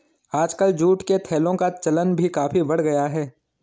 आजकल जूट के थैलों का चलन भी काफी बढ़ गया है